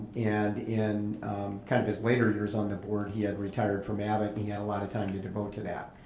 and in kind of his later years on the board, he had retired from abbott, he had a lot of time to devote to that.